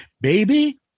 Baby